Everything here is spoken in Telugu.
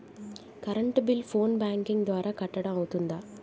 కరెంట్ బిల్లు ఫోన్ బ్యాంకింగ్ ద్వారా కట్టడం అవ్తుందా?